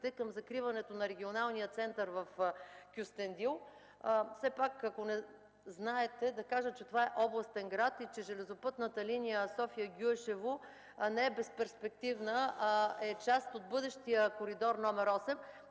към закриването на Регионалния център в Кюстендил. Все пак, ако не знаете, да кажа, че това е областен град и че железопътната линия София-Гюешево не е безперспективна, а е част от бъдещия Коридор № 8.